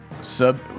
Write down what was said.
Sub